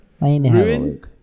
Ruin